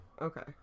Okay